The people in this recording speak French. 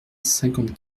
cinquante